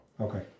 okay